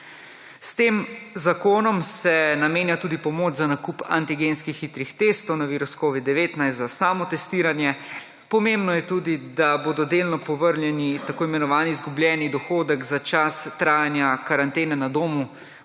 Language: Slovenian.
S tem zakonom se namenja tudi pomoč za nakup antigenskih hitrih testov na virus Covid-19 za samotestiranje. Pomembno je tudi, da bodo delno povrnjeni tako imenovani izgubljen dohodek za čas trajanja karantene na domu